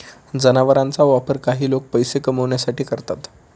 जनावरांचा वापर काही लोक पैसे कमावण्यासाठी करतात